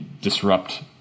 disrupt